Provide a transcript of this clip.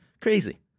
Crazy